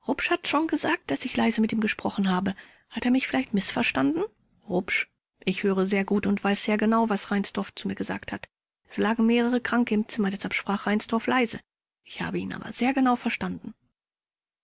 schon gesagt daß ich leise mit ihm gesprochen habe hat er mich vielleicht mißverstanden rupsch ich höre sehr gut und weiß sehr genau was reinsdorf zu mir gesagt hat es lagen mehrere kranke im zimmer deshalb sprach reinsdorf leise ich habe ihn aber sehr genau verstanden